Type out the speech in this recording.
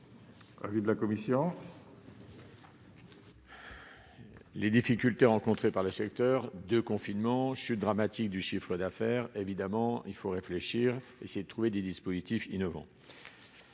Avis de la commission. Les difficultés rencontrées par le secteur de confinement chute dramatique du chiffre d'affaires, évidemment il faut réfléchir, essayer de trouver des dispositifs innovants,